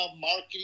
marketing